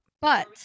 But-